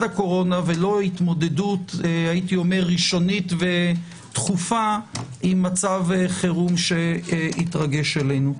הקורונה ולא התמודדות ראשונית ודחופה עם מצב חירום שהתרגש עלינו.